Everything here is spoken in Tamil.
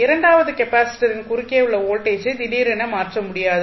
இரண்டாவது கெப்பாசிட்டரின் குறுக்கே உள்ள வோல்டேஜை திடீரென மாற்ற முடியாது